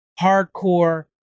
hardcore